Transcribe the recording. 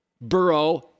Burrow